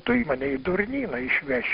tai mane į durnyną išveš